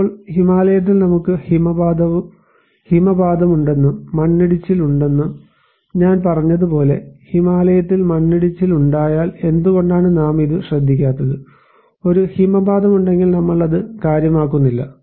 ഇപ്പോൾ ഹിമാലയത്തിൽ നമുക്ക് ഹിമപാതമുണ്ടെന്നും മണ്ണിടിച്ചിലുണ്ടെന്നും ഞാൻ പറഞ്ഞതുപോലെ ഹിമാലയത്തിൽ മണ്ണിടിച്ചിൽ ഉണ്ടായാൽ എന്തുകൊണ്ടാണ് നാം ഇത് ശ്രദ്ധിക്കാത്തത് ഒരു ഹിമപാതമുണ്ടെങ്കിൽ നമ്മൾ അത് കാര്യമാക്കുന്നില്ല